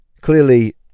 Clearly